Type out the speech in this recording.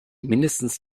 mindestens